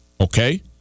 Okay